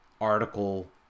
article